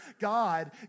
God